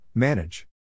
Manage